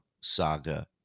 saga